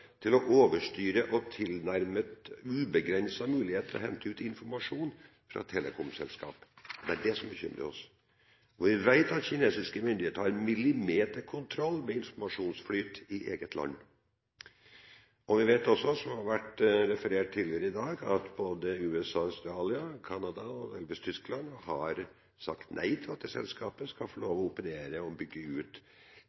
til å overstyre, og tilnærmet ubegrenset mulighet til å hente ut informasjon fra telekomselskaper. Det er det som bekymrer oss. Vi vet at kinesiske myndigheter har millimeterkontroll med informasjonsflyt i eget land. Vi vet også, som det har vært referert til tidligere i dag, at både USA, Australia, Canada og Tyskland har sagt nei til at dette selskapet skal få lov